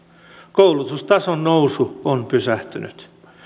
koulutustason nousu on pysähtynyt